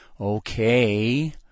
okay